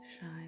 shine